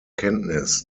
kenntnis